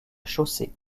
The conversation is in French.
chaussée